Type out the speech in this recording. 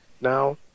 now